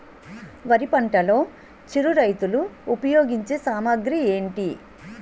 వరి పంటలో చిరు రైతులు ఉపయోగించే సామాగ్రి ఏంటి?